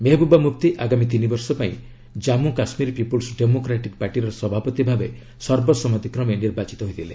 ମେହବୁବା ମୁଫତୀ ଆଗାମୀ ତିନି ବର୍ଷ ପାଇଁ ଜାନ୍ପୁ କାଶ୍ମୀର ପୁପୁଲ୍ସ ଡେମୋକ୍ରାଟିକ୍ ପାର୍ଟିର ସଭାପତି ଭାବେ ସର୍ବସମ୍ମତି କ୍ରମେ ନିର୍ବାଚିତ ହୋଇଥିଲେ